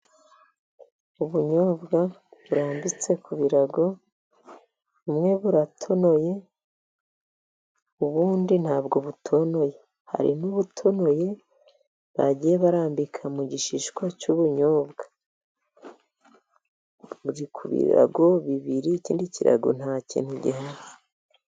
Ubunyobwa burambitse ku birago ,bumwe buratonoye ubundi ntabwo butonoye, hari n'ubutonoye bagiye barambika mu gishishwa cy'ubunyobwa. Buri ku birago bibiri ikindi kirago nta kintu gihari.